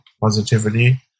positivity